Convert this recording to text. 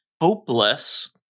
hopeless